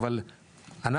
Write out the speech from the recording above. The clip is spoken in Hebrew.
הקליטה והתפוצות.